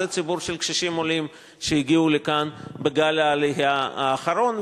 ציבור של קשישים עולים שהגיעו לכאן בגל העלייה האחרון,